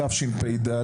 בתשפ"ד,